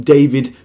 David